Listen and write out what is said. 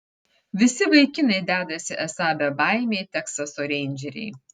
visi vaikinai dedasi esą bebaimiai teksaso reindžeriai